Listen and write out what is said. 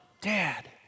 Dad